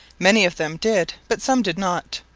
many of them did but some did not.